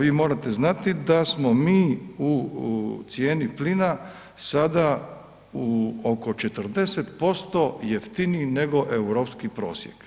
Vi morate znati da smo mi u cijeni plina sada oko 40% jeftiniji nego europski prosjek.